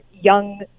young